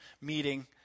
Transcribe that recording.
meeting